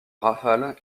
rafale